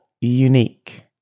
unique